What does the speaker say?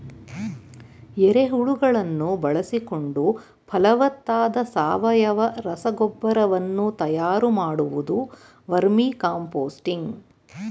ಎರೆಹುಳುಗಳನ್ನು ಬಳಸಿಕೊಂಡು ಫಲವತ್ತಾದ ಸಾವಯವ ರಸಗೊಬ್ಬರ ವನ್ನು ತಯಾರು ಮಾಡುವುದು ವರ್ಮಿಕಾಂಪೋಸ್ತಿಂಗ್